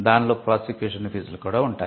దానిలో ప్రాసిక్యూషన్ ఫీజులు ఉంటాయి